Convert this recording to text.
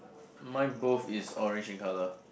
mine both is orange in colour